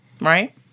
Right